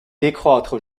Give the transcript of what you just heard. décroître